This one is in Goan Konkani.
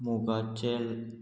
मुगाचेल